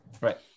right